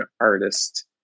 artist